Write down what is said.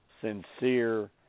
sincere